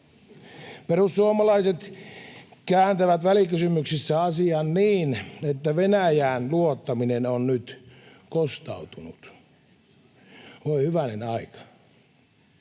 Perussuomalaiset kääntävät välikysymyksessä asian niin, että Venäjään luottaminen on nyt kostautunut — voi hyvänen aika.